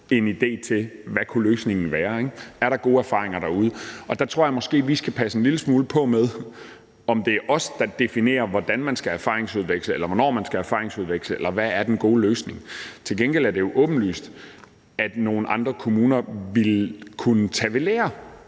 en idé til, hvad løsningen kunne være, og om der er gode erfaringer derude. Der tror jeg måske, vi skal passe en lille smule på med, om det er os, der definerer, hvordan man skal erfaringsudveksle, eller hvornår man skal erfaringsudveksle, eller hvad den gode løsning er. Til gengæld er det jo åbenlyst, at nogle andre kommuner ville kunne tage ved